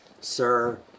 sir